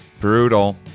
brutal